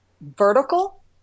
vertical